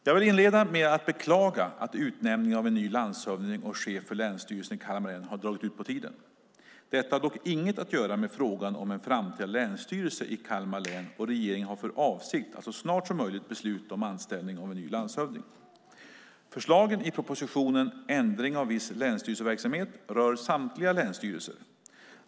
Jag vill inleda med att beklaga att utnämningen av en ny landshövding och chef för Länsstyrelsen i Kalmar län har dragit ut på tiden. Detta har dock inget att göra med frågan om en framtida länsstyrelse i Kalmar län, och regeringen har för avsikt att så snart som möjligt besluta om anställning av en ny landshövding. Förslagen i propositionen Ändring av viss länsstyrelseverksamhet rör samtliga länsstyrelser.